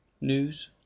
News